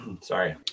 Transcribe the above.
Sorry